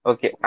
Okay